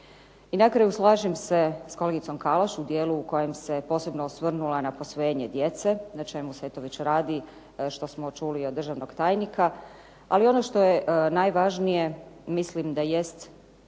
I na kraju, slažem se sa kolegicom Kalaš u dijelu u kojem se posebno osvrnula na posvojenje djece, na čemu se eto već radi što smo čuli i od državnog tajnika. Ali ono što je najvažnije mislim da jest